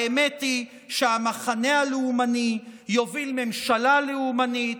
האמת היא שהמחנה הלאומני יוביל ממשלה לאומנית,